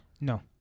No